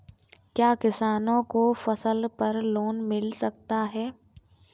क्या किसानों को फसल पर लोन मिल सकता है?